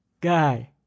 guy